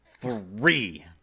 three